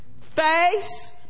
face